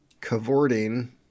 cavorting